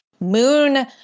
moon